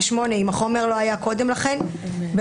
חומר, וזה